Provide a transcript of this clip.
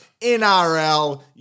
NRL